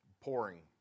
pouring